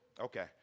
Okay